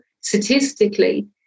statistically